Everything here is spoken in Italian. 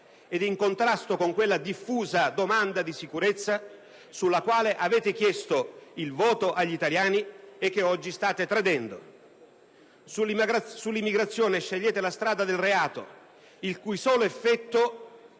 ed in contrasto con quella diffusa domanda di sicurezza sulla quale avete chiesto il voto agli italiani e che oggi state tradendo. Sull'immigrazione scegliete la strada del reato, il cui solo effetto